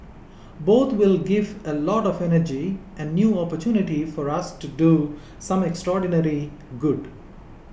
both will give a lot of energy and new opportunity for us to do some extraordinarily good